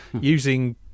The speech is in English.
using